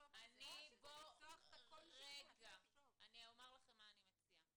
אני אומר לכם מה אני מציעה.